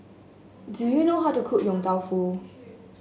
do you know how to cook Yong Tau Foo